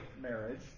marriage